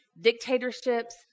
dictatorships